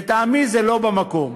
לטעמי זה לא במקום.